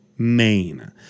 Maine